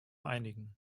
einigen